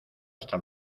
hasta